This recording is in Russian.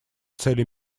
цели